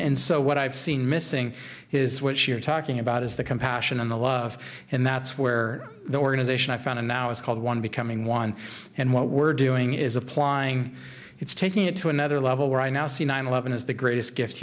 and so what i've seen missing is what you're talking about is the compassion and the love and that's where the organization i founded now is called one becoming one and what we're doing is applying it's taking it to another level where i now see nine eleven is the greatest gift